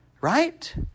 right